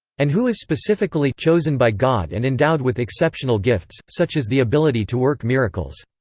and who is specifically chosen by god and endowed with exceptional gifts, such as the ability to work miracles.